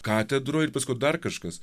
katedroj ir paskiau dar kažkas